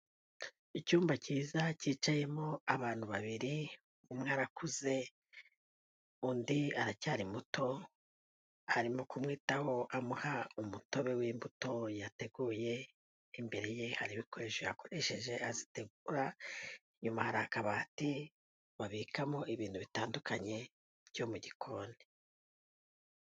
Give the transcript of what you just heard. Icyumba cyiza cyicayemo abantu babiri, umwe arakuze, undi aracyari muto, arimo kumwitaho amuha umutobe w'imbuto yateguye, imbere ye hari ibikoresho yakoresheje azitegura, inyuma hari akabati babikamo ibintu bitandukanye byo mu gikoni.